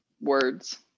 words